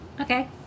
Okay